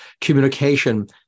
communication